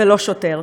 ולא שוטר.